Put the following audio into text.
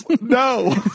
No